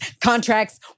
contracts